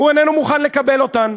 הוא איננו מוכן לקבל אותן.